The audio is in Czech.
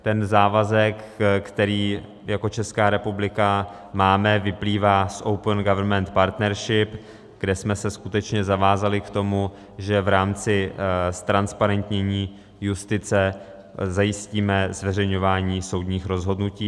Ten závazek, který jako Česká republika máme, vyplývá z Open government partnership, kde jsme se zavázali k tomu, že v rámci ztransparentnění justice zajistíme zveřejňování soudních rozhodnutí.